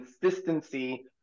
consistency